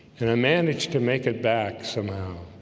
and i managed to make it back somehow